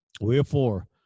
Wherefore